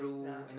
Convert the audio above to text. yeah